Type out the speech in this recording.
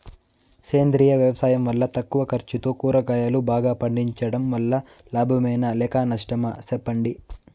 సేంద్రియ వ్యవసాయం వల్ల తక్కువ ఖర్చుతో కూరగాయలు బాగా పండించడం వల్ల లాభమేనా లేక నష్టమా సెప్పండి